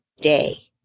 day